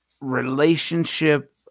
relationship